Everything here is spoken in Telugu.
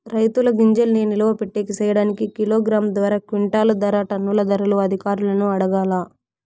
రైతుల గింజల్ని నిలువ పెట్టేకి సేయడానికి కిలోగ్రామ్ ధర, క్వింటాలు ధర, టన్నుల ధరలు అధికారులను అడగాలా?